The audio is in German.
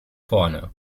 vorne